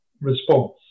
response